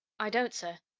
i don't, sir.